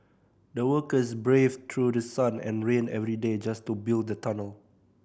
the workers braved through the sun and rain every day just to build the tunnel